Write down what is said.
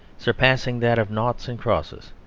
surpassing that of naughts and crosses,